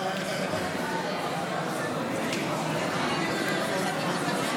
מזכיר הכנסת ידאג